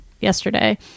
yesterday